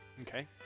Okay